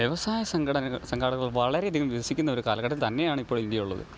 വ്യവസായസംഘടനകൾ സംഘടനകൾ വളരെ അധികം വികസിക്കുന്ന ഒരു കാലഘട്ടം തന്നെയാണ് ഇപ്പോൾ ഇന്ത്യയുള്ളത്